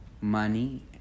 money